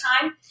time